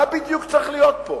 מה בדיוק צריך להיות פה?